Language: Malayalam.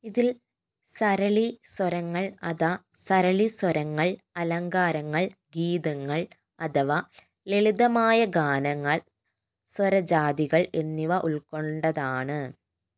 ഇതിൽ സരളി സ്വരങ്ങൾ അത സരളിസ്വരങ്ങൾ അലങ്കാരങ്ങൾ ഗീതങ്ങൾ അഥവാ ലളിതമായ ഗാനങ്ങൾ സ്വരജാതികൾ എന്നിവ ഉൾക്കൊണ്ടതാണ്